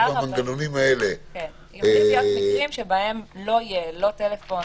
אבל עלולים להיות מקרים שבהם לא יהיה טלפון,